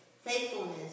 faithfulness